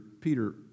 Peter